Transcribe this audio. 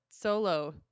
solo